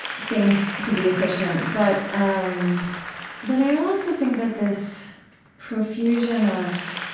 things to be efficient. but, um but i also think that this profusion of,